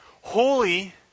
Holy